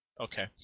Okay